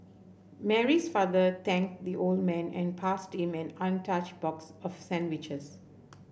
Mary's father thanked the old man and passed him an untouched box of sandwiches